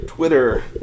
Twitter